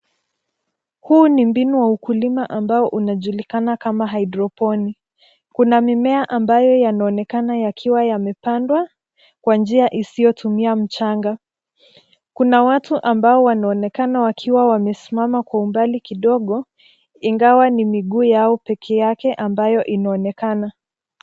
Huu ni mbinu wa ukulima ambao unajulikana kama hydroponi . Kuna mimea ambayo yanaonekana yakiwa yamepandwa kwa njia isiyotumia mchanga. Kuna watu ambao wanaonekana wakiwa wamesimama kwa umbali kidogo, ingawa ni miguu yao peke yake ambayo inayoonekana.